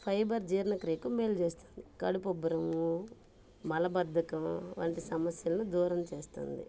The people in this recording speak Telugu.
ఫైబరు జీర్ణక్రియకు మేలు చేస్తుంది కడుపుబ్బరము మలబద్దకం వంటి సమస్యలను దూరం చేస్తుంది